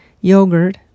yogurt